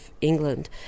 England